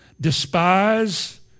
despise